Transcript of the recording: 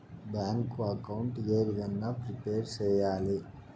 Bank account ఏ విధంగా prepare సెయ్యాలి?